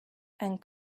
and